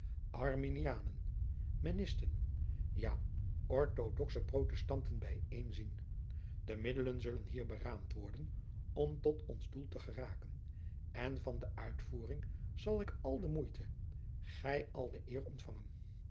arminianen mennisten ja orthodoxe protestanten bijeen zien de middelen zullen hier beraamd worden om tot ons doel te geraken en van de uitvoering zal ik al de moeite gij al de eer ontfangen